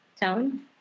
town